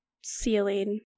ceiling